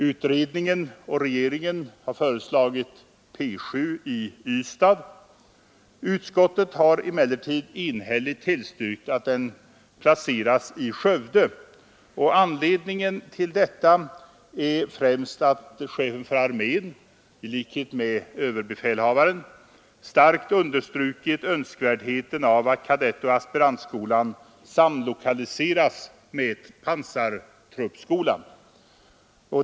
Utredningen och regeringen har föreslagit P 7 i Ystad. Utskottet har emellertid enhälligt tillstyrkt att den skall placeras i Skövde. Anledningen till detta är främst att chefen för armén — i likhet med överbefälhavaren — starkt understryker önskvärdheten av att kadettoch aspirantskolan samlokaliseras med pansartruppskolan.